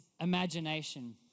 imagination